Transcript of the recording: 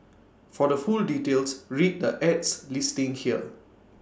for the full details read the ad's listing here